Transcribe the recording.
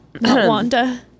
Wanda